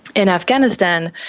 in afghanistan,